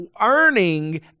earning